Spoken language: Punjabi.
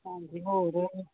ਹਾਂਜੀ ਹੋਰ